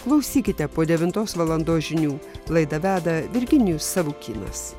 klausykite po devintos valandos žinių laidą veda virginijus savukynas